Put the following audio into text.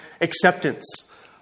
acceptance